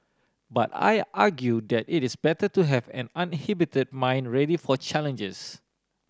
but I argue that it is better to have an uninhibited mind ready for challenges